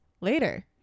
later